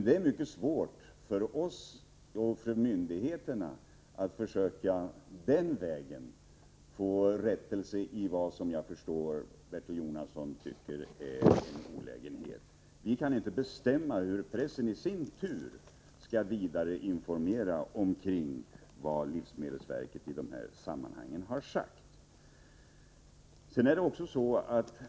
Det är mycket svårt för myndigheterna att korrigera pressens uppgifter när dessa — som jag förstår att Bertil Jonasson tycker har skett — skapar olägenheter. Vi kan inte bestämma hur pressen skall följa upp den information som livsmedelsverket i de här sammanhangen har lämnat.